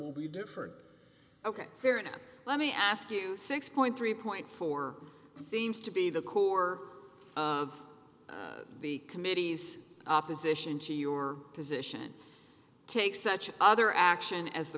will be different ok fair enough let me ask you six point three point four seems to be the core of the committee's opposition to your position take such other action as the